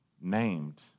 named